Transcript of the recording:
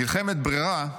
'מלחמת ברירה',